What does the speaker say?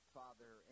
father